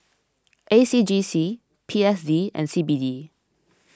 A C J C P S D and C B D